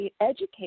educate